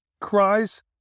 Cries